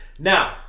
Now